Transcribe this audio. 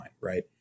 right